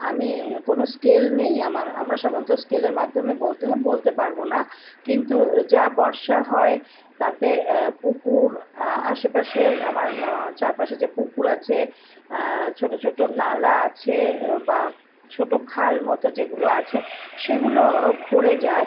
আমি কোন স্কেল নেই আমার আমরা সাধারণত স্কেলের মাধ্যমে বলতে হয় বলতে পারব না কিন্তু যা বর্ষা হয় তাতে পুকুর আশেপাশে আমার চারপাশে যে পুকুর আছে ছোটো ছোটো নালা আছে বা ছোটো খাল মতো যেগুলো আছে সেগুলো ভরে যায়